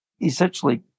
essentially